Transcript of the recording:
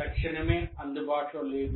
తక్షణమే అందుబాటులో లేదు